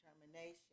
determination